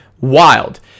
wild